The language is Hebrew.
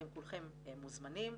אתם כולכם מוזמנים,